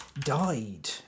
died